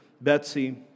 Betsy